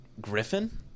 Griffin